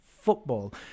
football